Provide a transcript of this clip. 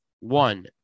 one